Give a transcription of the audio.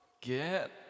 Get